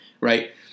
Right